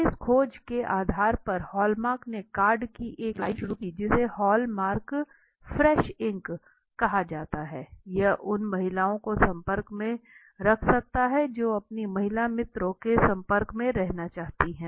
तो इस खोज के आधार पर हॉलमार्क ने कार्ड की एक लाइन शुरू की जिसे हॉलमार्क फ्रेश इंक कहा जाता है यह उन महिलाओं को संपर्क में रख सकते हैं जो अपनी महिला मित्रों के संपर्क में रहना चाहती हैं